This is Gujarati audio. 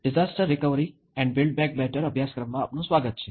disaster recovery and build back better અભ્યાસક્રમમાં આપનું સ્વાગત છે